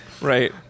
right